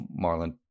Marlon